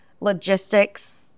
logistics